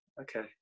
okay